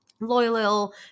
loyal